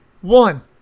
One